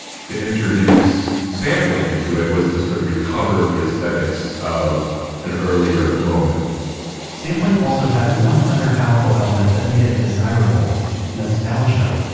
to introduce sampling into it was to sort of recover the aesthetics of an earlier moment sampling also had one other powerful element that made it desirable nostalgia